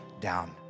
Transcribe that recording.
down